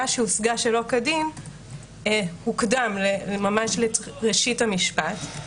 שהושגה שלא כדין הוקדם ממש לראשית המשפט.